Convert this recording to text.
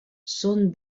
són